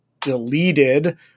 deleted